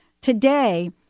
Today